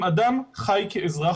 אם אדם חי כאזרח,